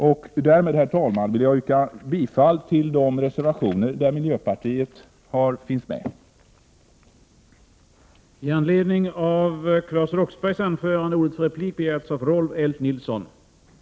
Jag vill härmed, herr talman, yrka bifall till de reservationer där miljöpartister finns med som undertecknare.